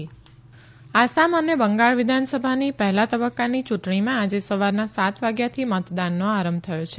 બંગાળ આસામ ચુંટણી આસામ અને બંગાળ વિધાનસભાની પહેલા તબકકાની ચુંટણીમાં આજે સવારના સાત વાગ્યાથી મતદાનનો આરંભ થયો છે